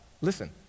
listen